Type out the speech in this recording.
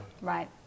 Right